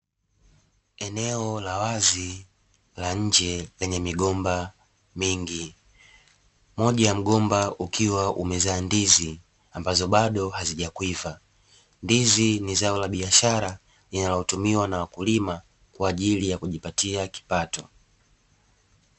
Eneo la wazi la nje lenye migomba mingi, moja ya mgomba ukiwa umezaa ndizi ambazo bado hazijakwiva, ndizi ni zao la biashara linalotumiwa na wakulima kwa ajili ya kujipatia kipato.